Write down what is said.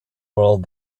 world